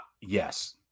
Yes